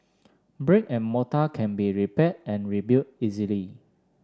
brick and mortar can be repaired and rebuilt easily